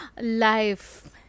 life